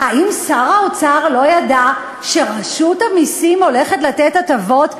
האם שר האוצר לא ידע שרשות המסים הולכת לתת הטבות?